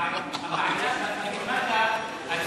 הבעיה של הדיפלומטיה הישראלית,